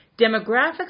Demographics